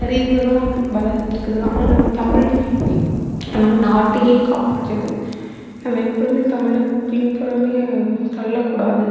அறிவை தான் வளர்த்துக்குது ஆனால் நம்ம தமிழ் நம்ம நாட்டையே காப்பாற்றுது நம்ம எப்பொழுதும் தமிழை பின்புறம் தள்ளக்கூடாது